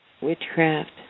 Witchcraft